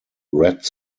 red